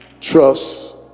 Trust